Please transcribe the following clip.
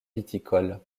viticole